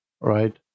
right